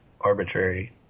arbitrary